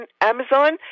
Amazon